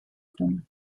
کنه